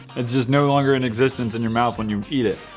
it's just no longer in existence in your mouth when you eat it